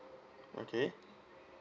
okay